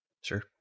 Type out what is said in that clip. Sure